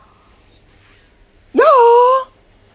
ya